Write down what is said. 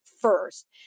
first